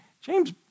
James